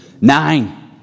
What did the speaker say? nine